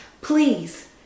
please